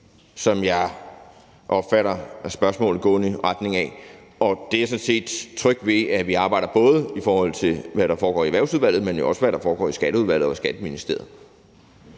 som jeg opfatter spørgsmålet går i retning af, og det er jeg sådan set tryg ved at vi arbejder på, både i forhold til hvad der foregår i Erhvervsudvalget, men jo også i forhold til hvad der foregår i Skatteudvalget og i Skatteministeriet.